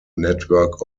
network